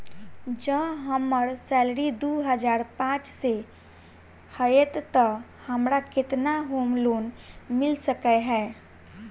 जँ हम्मर सैलरी दु हजार पांच सै हएत तऽ हमरा केतना होम लोन मिल सकै है?